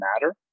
matter